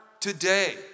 today